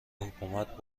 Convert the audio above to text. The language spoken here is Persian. حکومت